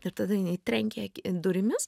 ir tada jinai trenkė durimis